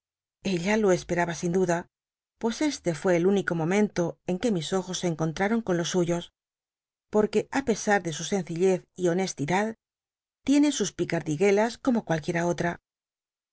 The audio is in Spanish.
ella lo esperaba sin dnda pues este fué el único momento en que mis ojos se encontraron con los suyos porque á pesar de su sencillez y honestidad tiene sus picardiguelas como cualquiera otra